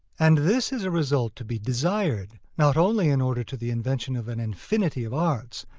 and this is a result to be desired, not only in order to the invention of an infinity of arts,